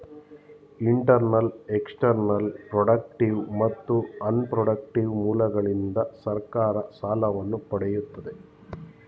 internal, external, productive ಮತ್ತು unprotective ಮೂಲಗಳಿಂದ ಸರ್ಕಾರ ಸಾಲವನ್ನು ಪಡೆಯುತ್ತದೆ